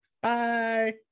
bye